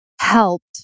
helped